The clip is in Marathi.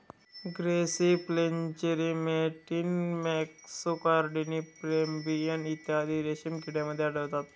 ग्रेसी फ्लेचेरी मॅटियन मॅसकार्डिन पेब्रिन इत्यादी रेशीम किड्यांमध्ये आढळतात